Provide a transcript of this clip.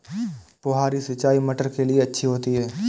फुहारी सिंचाई मटर के लिए अच्छी होती है?